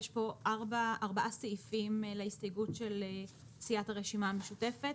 יש פה ארבעה סעיפים להסתייגות של סיעת הרשימה המשותפת,